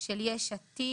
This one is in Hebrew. של קבוצת יש עתיד,